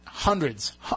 Hundreds